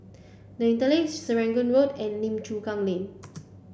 the Interlace Serangoon Road and Lim Chu Kang Lane